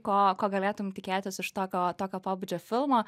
ko ko galėtum tikėtis iš tokio tokio pobūdžio filmo